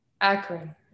Akron